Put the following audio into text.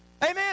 Amen